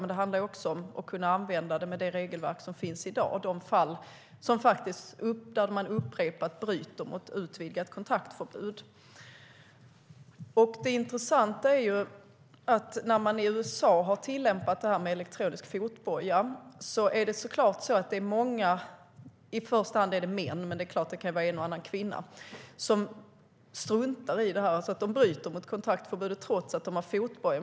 Men det handlar också om att kunna använda det med det regelverk som finns i dag, i de fall där man upprepat bryter mot utvidgat kontaktförbud. När elektronisk fotboja har tillämpats i USA - det handlar i första hand om män, men det är klart att det kan vara en och annan kvinna - är det intressant att se att många struntar i det och bryter mot kontaktförbudet trots fotbojan.